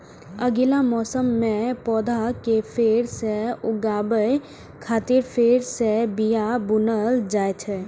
अगिला मौसम मे पौधा कें फेर सं उगाबै खातिर फेर सं बिया बुनल जाइ छै